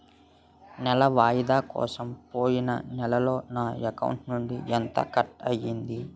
నెల వాయిదా కోసం పోయిన నెలలో నా అకౌంట్ నుండి ఎంత కట్ అయ్యింది?